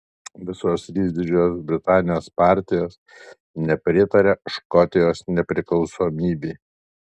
visos trys didžiosios britanijos partijos nepritaria škotijos nepriklausomybei